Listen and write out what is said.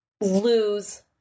lose